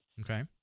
Okay